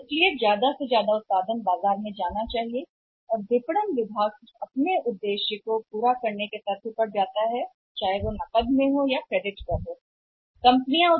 इसलिए अधिकतम उत्पादन केवल संबंधित बाजार और विपणन विभागों को जाना चाहिए इस तथ्य के बावजूद कि क्या यह नकदी पर है या क्रेडिट पर है उद्देश्य को प्राप्त करने के साथ